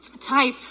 type